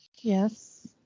Yes